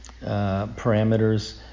parameters